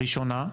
הראשונה,